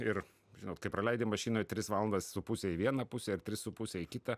ir žinot kaip praleidi mašinoj tris valandas su puse į vieną pusę ir tris su puse į kitą